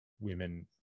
women